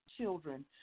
children